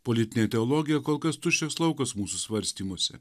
politinė teologija kol kas tuščias laukas mūsų svarstymuose